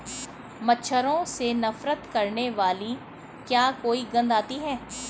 मच्छरों से नफरत करने वाली क्या कोई गंध आती है?